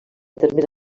termes